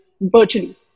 virtually